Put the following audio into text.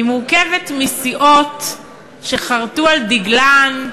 היא מורכבת מסיעות שחרתו על דגלן: